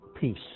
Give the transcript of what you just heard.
Peace